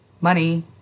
Money